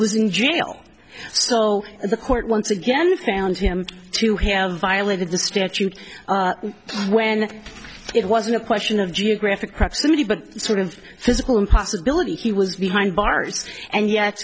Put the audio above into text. was in jail so the court once again found him to have violated the statute when it wasn't a question of geographic proximity but that of physical impossibility he was behind bars and yet